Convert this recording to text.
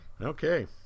Okay